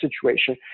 situation